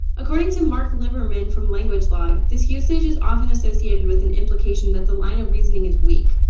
according to mark liberman from language log, this usage is often associated with an implication that the line of reasoning is weak,